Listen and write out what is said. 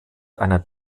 einer